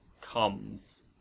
comes